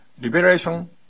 liberation